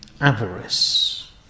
avarice